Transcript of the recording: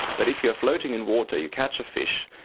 but if you are floating in water, you catch a fish,